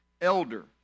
elder